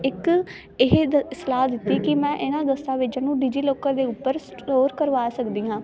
ਇੱਕ ਇਹ ਸਲਾਹ ਦਿੱਤੀ ਕਿ ਮੈਂ ਇਹਨਾਂ ਦਸਤਾਵੇਜ਼ਾਂ ਨੂੰ ਡਿਜੀਲੋਕਰ ਦੇ ਉੱਪਰ ਸਟੋਰ ਕਰਵਾ ਸਕਦੀ ਹਾਂ